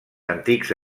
antics